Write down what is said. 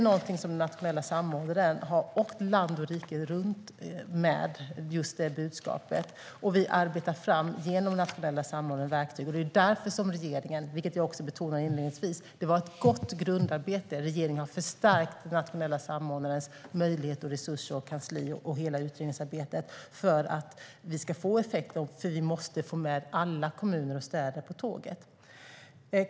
Den nationella samordnaren har åkt land och rike runt med just det budskapet. Och vi arbetar genom den nationella samordnaren fram verktyg. Jag betonade detta inledningsvis. Det var ett gott grundarbete. Regeringen har förstärkt den nationella samordnarens möjligheter, resurser och kansli och hela utredningsarbetet för att vi ska få effekt. Vi måste nämligen få med alla kommuner och städer på tåget.